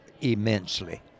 immensely